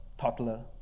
toddler